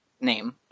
name